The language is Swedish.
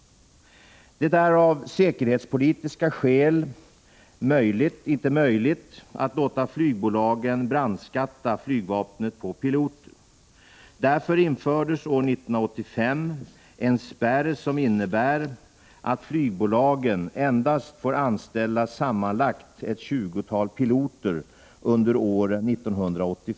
Det är av säkerhetspolitiska skäl inte möjligt att låta flygbolagen brandskatta flygvapnet på piloter. Därför infördes år 1985 en spärr, som innebär att flygbolagen endast får anställa sammanlagt ett tjugotal piloter under åren för flygvapnet.